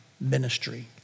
ministry